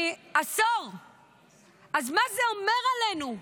אף אחד לא דוחה את הגזענות ברחוב.